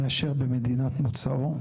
מאשר במדינת מוצאו.